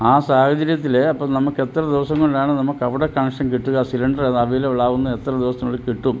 ആ സാഹചര്യത്തിൽ അപ്പം നമുക്ക് എത്ര ദിവസം കൊണ്ടാണ് നമുക്ക് അവിടെ കണക്ഷൻ കിട്ടുക സിലിണ്ടർ അവൈലബിൾ ആവുന്നത് എത്ര ദിവസത്തിനുള്ളിൽ കിട്ടും